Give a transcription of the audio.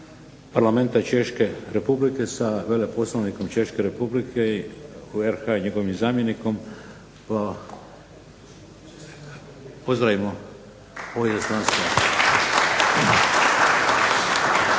Parlamenta Češke Republike sa veleposlanikom Češke REpublike u RH i njegovim zamjenikom, pa pozdravimo ovo izaslanstvo.